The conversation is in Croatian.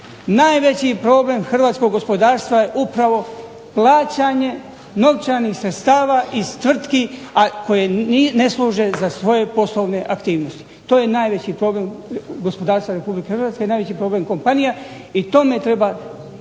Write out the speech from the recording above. Najveći problem hrvatskog gospodarstva je upravo plaćanje novčanih sredstva iz tvrtki koje ne služe sa svoje poslovne aktivnosti. To je najveći problem gospodarstva RH i najveći problem kompanije i tome treba